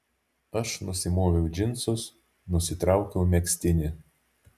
aš nusimoviau džinsus nusitraukiau megztinį